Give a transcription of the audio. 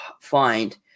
find